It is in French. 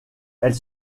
elle